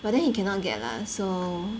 but then he cannot get lah so